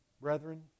Brethren